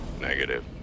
negative